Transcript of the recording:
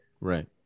right